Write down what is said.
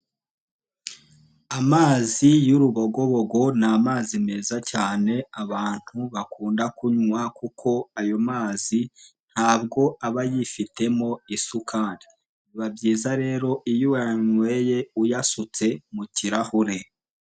Amazi y'urubogobogo ni amazi meza cyane abantu bakunda kunywa kuko ayo mazi ntabwo aba yifitemo isukari. Biba byiza rero iyo uyanyweye uyasutse mu kirahure.